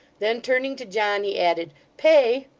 then turning to john, he added, pay!